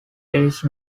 irish